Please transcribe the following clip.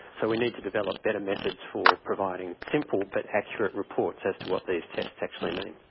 so we need to develop better methods for providing simple but accurate reports as to what these tests actually mean.